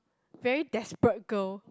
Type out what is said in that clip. very desperate girl